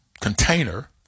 container